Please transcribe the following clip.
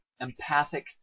empathic